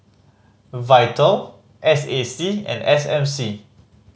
Vital S A C and S M C